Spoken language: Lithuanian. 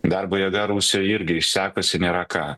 darbo jėga rusijoj irgi išsekusi nėra ką